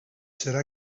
serà